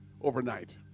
overnight